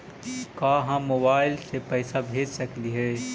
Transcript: का हम मोबाईल से पैसा भेज सकली हे?